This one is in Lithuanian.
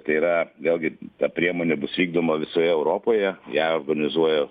tai yra vėlgi ta priemonė bus vykdoma visoje europoje ją organizuoja